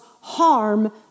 harm